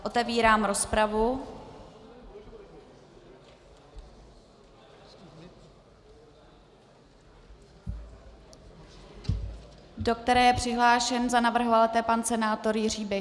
Otevírám rozpravu, do které je přihlášen za navrhovatele pan senátor Jiří Bis.